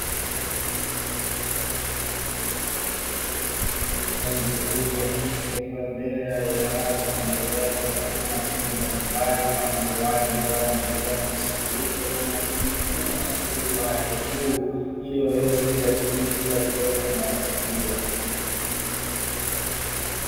Mkufunzi huyu wa kike akiwa mbele ya darasa akiendelea na kuwapatia wanafunzi wake ambao wanaendelea kumsikiliza kwa umakini mkubwa na utulivu wa elimu ya juu ili waweze kuyadhibiti yale yote anayowapatia.